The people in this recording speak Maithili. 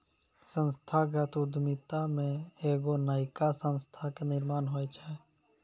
संस्थागत उद्यमिता मे एगो नयका संस्था के निर्माण होय छै